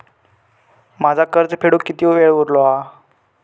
माझा कर्ज फेडुक किती वेळ उरलो हा?